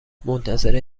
منتظر